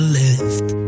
left